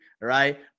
right